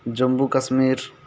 Jammu Kashmir